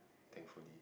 thankfully